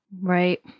Right